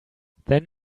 then